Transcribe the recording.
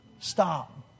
stop